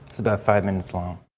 about five minutes long.